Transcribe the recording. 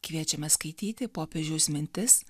kviečiame skaityti popiežiaus mintis